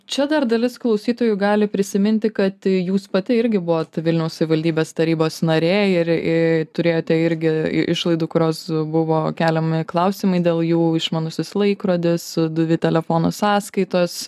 čia dar dalis klausytojų gali prisiminti kad jūs pati irgi buvot vilniaus savivaldybės tarybos narė ir turėjote irgi išlaidų kurios buvo keliami klausimai dėl jų išmanusis laikrodis dvi telefono sąskaitos